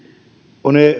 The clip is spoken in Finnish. on